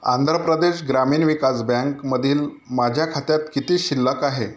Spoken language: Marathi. आंध्र प्रदेश ग्रामीण विकास बँकमधील माझ्या खात्यात किती शिल्लक आहे